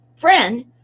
friend